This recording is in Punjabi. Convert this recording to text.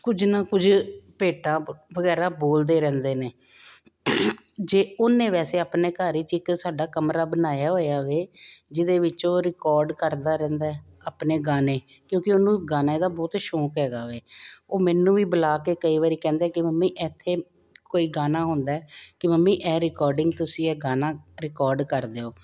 ਕੁਝ ਨਾ ਕੁਝ ਭੇਟਾ ਵਗੈਰਾ ਬੋਲਦੇ ਰਹਿੰਦੇ ਨੇ ਜੇ ਉਹਨੇ ਵੈਸੇ ਆਪਣੇ ਘਰ ਚ ਇੱਕ ਸਾਡਾ ਕਮਰਾ ਬਣਾਇਆ ਹੋਇਆ ਵੇ ਜਿਹਦੇ ਵਿੱਚ ਉਹ ਰਿਕਾਰਡ ਕਰਦਾ ਰਹਿੰਦਾ ਆਪਣੇ ਗਾਣੇ ਕਿਉਂਕਿ ਉਹਨੂੰ ਗਾਣੇ ਦਾ ਬਹੁਤ ਸ਼ੌਂਕ ਹੈਗਾ ਵੈ ਉਹ ਮੈਨੂੰ ਵੀ ਬੁਲਾ ਕੇ ਕਈ ਵਰੀ ਕਹਿੰਦਾ ਕਿ ਮੰਮੀ ਐਥੇ ਕੋਈ ਗਾਣਾ ਆਉਦਾ ਕਿ ਮੰਮੀ ਇਹ ਰਿਕਾਰਡਿੰਗ ਤੁਸੀਂ ਇਹ ਗਾਣਾ ਰਿਕਾਰਡ ਕਰ ਦਿਓ